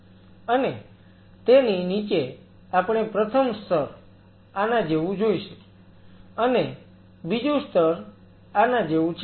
અને તેની નીચે આપણે પ્રથમ સ્તર આના જેવું જોઈશું અને બીજું સ્તર આના જેવું છે